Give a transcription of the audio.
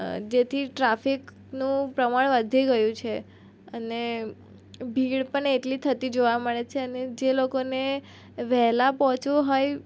જેથી ટ્રાફિકનું પ્રમાણ વધી ગયું છે અને ભીડ પણ એટલી થતી જોવા મળે છે અને જે લોકોને વહેલાં પહોંચવું હોય